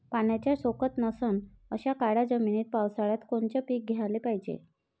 पाण्याचा सोकत नसन अशा काळ्या जमिनीत पावसाळ्यात कोनचं पीक घ्याले पायजे?